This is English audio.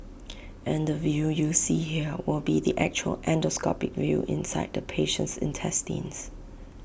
and the view you see here will be the actual endoscopic view inside the patient's intestines